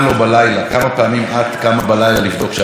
כמה פעמים את קמה בלילה לבדוק שהילד מכוסה.